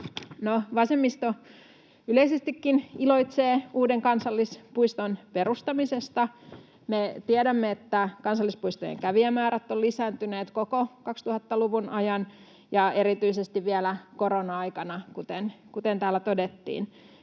vasemmisto yleisestikin iloitsee uuden kansallispuiston perustamisesta. Me tiedämme, että kansallispuistojen kävijämäärät ovat lisääntyneet koko 2000-luvun ajan ja erityisesti vielä korona-aikana, kuten täällä todettiin.